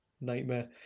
nightmare